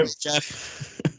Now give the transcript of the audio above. Jeff